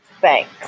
thanks